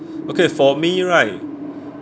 okay for me right